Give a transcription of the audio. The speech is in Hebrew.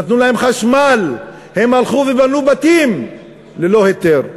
נתנו להם חשמל, הם הלכו ובנו בתים ללא היתר.